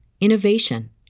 innovation